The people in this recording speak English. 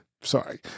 sorry